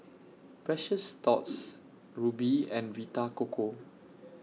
Precious Thots Rubi and Vita Coco